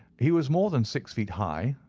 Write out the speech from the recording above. he was more than six feet high,